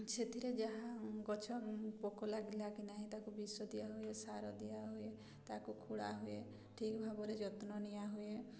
ସେଥିରେ ଯାହା ଗଛ ପୋକ ଲାଗିଲା କି ନାହିଁ ତାକୁ ବିଷ ଦିଆହୁଏ ସାର ଦିଆହୁଏ ତାକୁ ଖୋଳା ହୁଏ ଠିକ୍ ଭାବରେ ଯତ୍ନ ନିଆହୁଏ